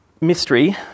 mystery